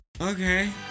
Okay